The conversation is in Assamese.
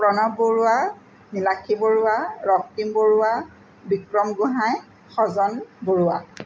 প্ৰণৱ বৰুৱা লাকী বৰুৱা ৰক্তিম বৰুৱা বিক্ৰম গোহাঁই সজন বৰুৱা